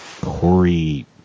Corey